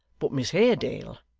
but miss haredale,